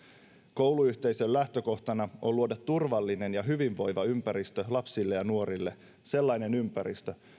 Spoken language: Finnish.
kouluyhteisön lähtökohtana on luoda turvallinen ja hyvinvoiva ympäristö lapsille ja nuorille sellainen ympäristö